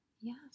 Yes